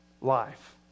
life